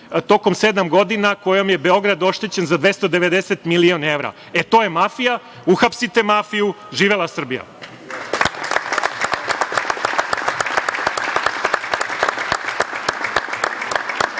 tokom sedam godina kojom je Beograd oštećen za 290 miliona evra. To je mafija. Uhapsite mafiju. Živela Srbija.